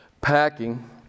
packing